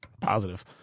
Positive